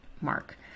mark